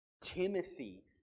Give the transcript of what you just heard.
Timothy